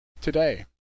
today